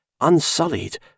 unsullied